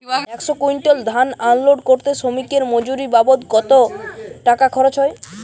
একশো কুইন্টাল ধান আনলোড করতে শ্রমিকের মজুরি বাবদ কত টাকা খরচ হয়?